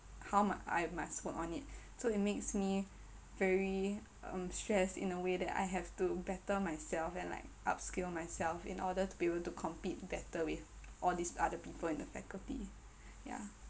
how my I must work on it so it makes me very um stressed in a way that I have to better myself and like upskill myself in order to be able to compete better with all these other people in the faculty yeah